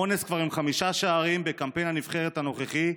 מואנס כבר עם חמישה שערים בקמפיין הנבחרת הנוכחי,